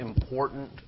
important